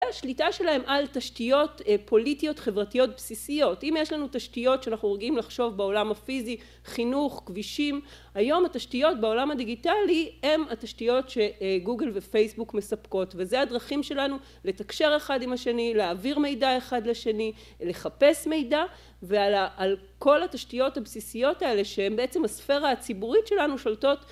השליטה שלהם על תשתיות פוליטיות חברתיות בסיסיות. אם יש לנו תשתיות שאנחנו רגילים לחשוב בעולם הפיזי חינוך, כבישים, היום התשתיות בעולם הדיגיטלי הן התשתיות שגוגל ופייסבוק מספקות. וזה הדרכים שלנו לתקשר אחד עם השני, להעביר מידע אחד לשני, לחפש מידע, ועל כל התשתיות הבסיסיות האלה, שהן בעצם הספרה הציבורית שלנו, שולטות